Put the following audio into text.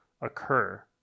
occur